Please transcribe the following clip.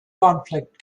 conflict